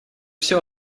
все